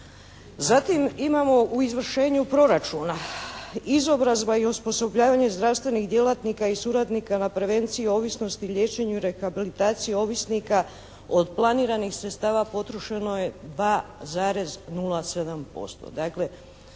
Zatim imamo u izvršenju proračuna izobrazba i osposobljavanje zdravstvenih djelatnika i suradnika na prevenciji ovisnosti, liječenju, rehabilitaciji ovisnika od planiranih sredstava potrošeno je 2,07%.